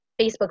Facebook